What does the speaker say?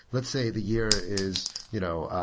let's say the year is you know